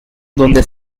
donde